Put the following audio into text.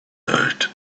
night